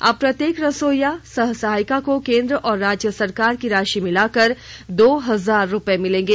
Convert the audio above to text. अब प्रत्येक रसोइया सह सहायिका को केंद्र और राज्य सरकार की राशि मिलाकर दो हजार रुपए मिलेंगे